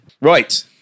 Right